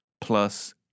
plus